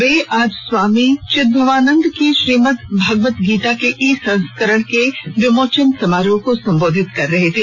वे आज स्वामी चिद्भवानंद की श्रीमद् भगवतगीता के ई संस्करण के विमोचन समारोह को संबोधित रहे थे